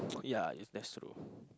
ya if that's true